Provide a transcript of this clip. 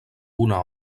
una